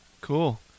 cool